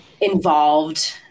involved